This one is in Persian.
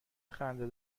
خنده